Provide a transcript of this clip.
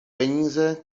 peníze